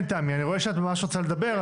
כן, תמי, אני רואה שאת ממש רוצה לדבר.